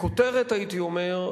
בכותרת הייתי אומר,